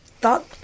thought